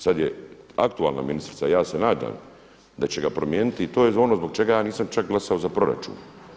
Sada je aktualna ministrica i ja se nadam da će ga promijeniti i to je ono zbog čega ja nisam čak glasao za proračun.